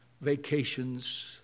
vacations